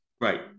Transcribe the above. right